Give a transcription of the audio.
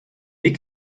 wie